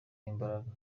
imbaraga